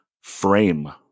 Frame